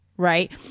right